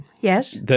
Yes